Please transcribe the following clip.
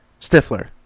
Stifler